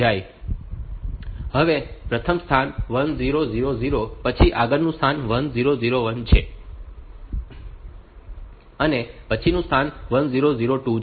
હવે પ્રથમ સ્થાન 1000 પછી આગળનું સ્થાન 1001 છે અને પછીનું સ્થાન 1002 છે